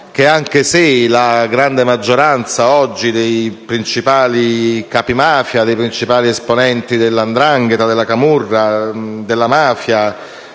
Grazie